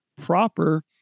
proper